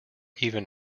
even